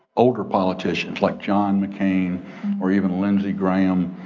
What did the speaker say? older politicians like john mccain or even lindsey graham,